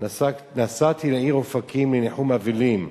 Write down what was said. נסעתי לעיר אופקים לניחום אבלים,